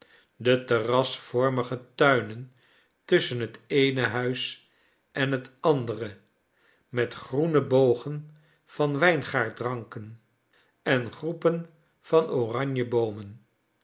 de terrasvormige tuinen tusschenhet eene huis en het andere met groene bogen van wijngaardranken en groepen van oranjeboomen